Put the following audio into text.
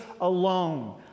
alone